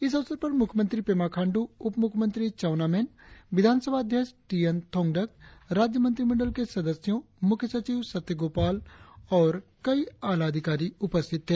इस अवसर पर मुख्यमंत्री पेमा खांडू उप मुख्यमंत्री चाउना मेन विधान सभा अध्यक्ष टी एन थोंगदक राज्य मंत्रिमंडल के सदस्यों मुख्य सचिव सत्यगोपाल और कई आला अधिकारी उपस्थित थे